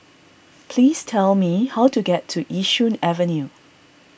please tell me how to get to Yishun Avenue